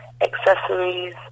accessories